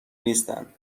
نیستن